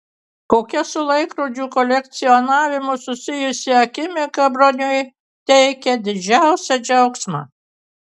kokia su laikrodžių kolekcionavimu susijusi akimirka broniui teikia didžiausią džiaugsmą